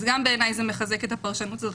גם בעיניי זה מחזק את הפרשנות הזאת.